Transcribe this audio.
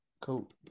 cool